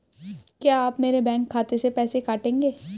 क्या आप मेरे बैंक खाते से पैसे काटेंगे?